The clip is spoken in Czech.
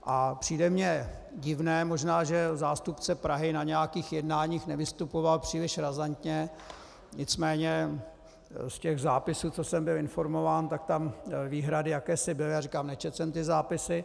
A přijde mi divné, možná že zástupce Prahy na nějakých jednáních nevystupoval příliš razantně, nicméně z těch zápisů, co jsem byl informován, tam výhrady jakési byly, ale říkám, nečetl jsem ty zápisy.